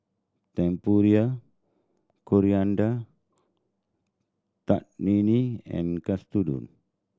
Tempura Coriander and Katsudon